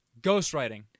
ghostwriting